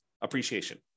appreciation